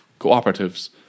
cooperatives